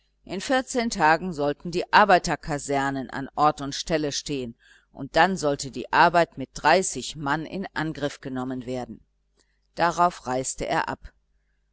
in vierzehn tagen sollten die arbeiterkasernen an ort und stelle stehen und dann sollte die arbeit mit dreißig mann in angriff genommen werden darauf reiste er ab